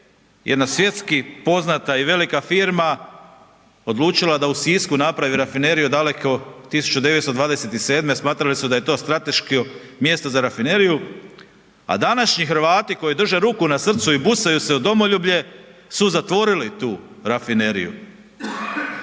jedna svjetski poznata i velika firma, odlučila da u Sisku napravi rafineriju daleke 1927., smatrali su da je to strateško mjesto za rafineriju, a današnji Hrvati koji drže ruku na srcu i busaju se u domoljublje su zatvorili tu rafineriju.